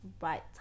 right